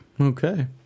okay